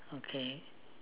okay